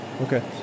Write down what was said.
Okay